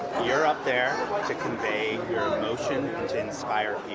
you're up there like to convey your emotion and to inspire